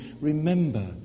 remember